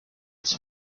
its